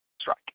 Strike